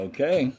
Okay